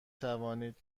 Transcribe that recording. توانید